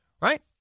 right